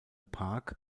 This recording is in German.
park